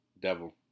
devil